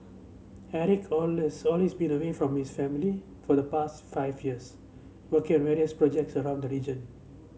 Eric been away from his family for the past five years working on various projects around the region